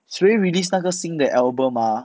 谁 release 那个新的 album ah